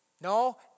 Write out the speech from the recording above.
No